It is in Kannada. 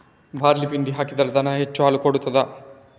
ಬಾರ್ಲಿ ಪಿಂಡಿ ಹಾಕಿದ್ರೆ ದನ ಹೆಚ್ಚು ಹಾಲು ಕೊಡ್ತಾದ?